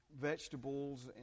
vegetables